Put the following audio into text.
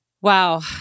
Wow